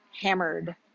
hammered